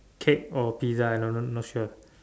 cake or pizza I don't know not sure